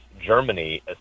Germany